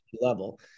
level